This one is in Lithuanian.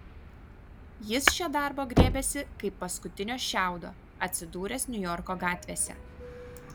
jis šio darbo griebėsi kaip paskutinio šiaudo atsidūręs niujorko gatvėse